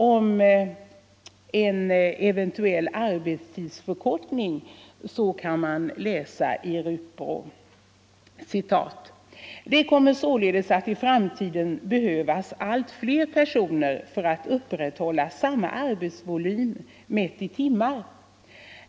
Om en eventuell arbetstidsförkortning kan man läsa följande i RUPRO 71: ”Det kommer således att i framtiden behövas allt fler personer för att upprätthålla samma arbetsvolym mätt i timmar.